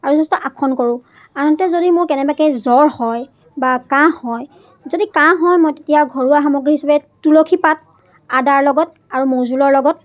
আৰু যথেষ্ট আসন কৰোঁ আনহাতে যদি মোৰ কেনেবাকৈ জ্বৰ হয় বা কাহ হয় যদি কাহ হয় মই তেতিয়া ঘৰুৱা সামগ্ৰী হিচাপে তুলসী পাত আদাৰ লগত আৰু মৌজোলৰ লগত